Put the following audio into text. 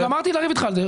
גמרתי לריב אתך על זה.